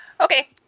okay